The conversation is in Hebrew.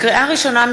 לקריאה ראשונה,